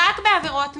רק בעבירות מין.